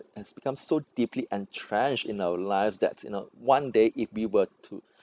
has become so deeply entrenched in our lives that you know one day if we were to